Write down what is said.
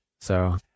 So-